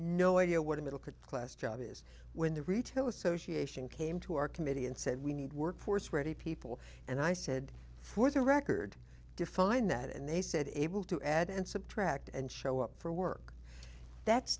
no idea what a middle class job is when the retail association came to our committee and said we need workforce ready people and i said for the record define that and they said able to add and subtract and show up for work that's